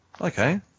okay